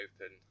open